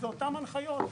אותן הנחיות.